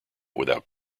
without